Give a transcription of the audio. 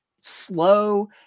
slow